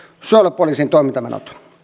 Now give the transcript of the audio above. suojelupoliisin toimintamenot